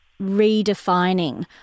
redefining